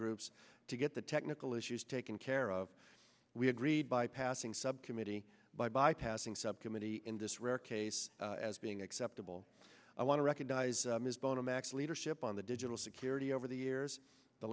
groups to get the technical issues taken care of we agreed by passing subcommittee by bypassing subcommittee in this rare case as being acceptable i want to recognize ms bono mack's leadership on the digital security over the years the